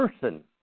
person